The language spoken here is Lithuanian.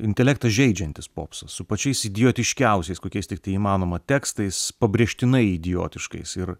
intelektą žeidžiantis popsa su pačiais idiotiškiausiais kokiais tiktai įmanoma tekstais pabrėžtinai idiotiškais ir